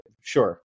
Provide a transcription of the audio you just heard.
sure